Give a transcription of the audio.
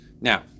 Now